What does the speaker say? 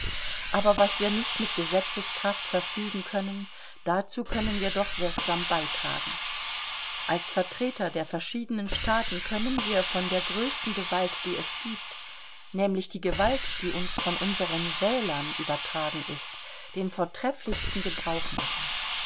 aber was wir nicht mit gesetzeskraft verfügen können dazu können wir doch wirksam beitragen als vertreter der verschiedenen staaten können wir von der größten gewalt die es gibt nämlich die gewalt die uns von unsern wählern übertragen ist den vortrefflichsten gebrauch machen